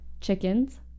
chickens